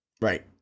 right